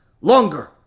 longer